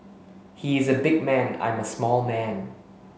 he is a big man I am a small man